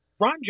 Ron